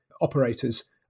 operators